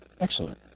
Excellent